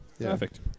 Perfect